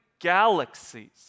galaxies